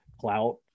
clout